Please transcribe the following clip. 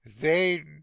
They